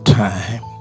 time